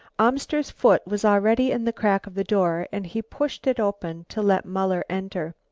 amster's foot was already in the crack of the door and he pushed it open to let muller enter.